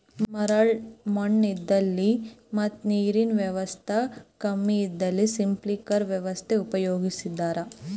ಮರಳ್ ಮಣ್ಣ್ ಇದ್ದಲ್ಲಿ ಮತ್ ನೀರಿನ್ ವ್ಯವಸ್ತಾ ಕಮ್ಮಿ ಇದ್ದಲ್ಲಿ ಸ್ಪ್ರಿಂಕ್ಲರ್ ವ್ಯವಸ್ಥೆ ಉಪಯೋಗಿಸ್ತಾರಾ